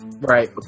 Right